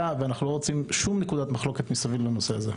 ושלא תהיה שום נקודת מחלוקת סביב הנושא הזה.